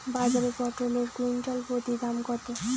বাজারে পটল এর কুইন্টাল প্রতি দাম কত?